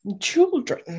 children